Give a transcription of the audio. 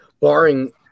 barring –